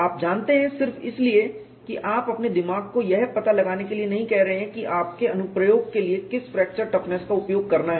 आप जानते हैं सिर्फ इसलिए कि आप अपने दिमाग को यह पता लगाने के लिए नहीं लगा रहे हैं कि आपके अनुप्रयोग के लिए किस फ्रैक्चर टफनेस का उपयोग करना है